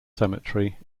cemetery